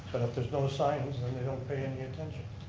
there's no sign, then they don't pay any attention.